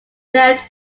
left